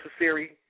necessary